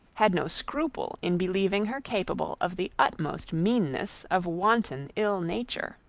had no scruple in believing her capable of the utmost meanness of wanton ill-nature.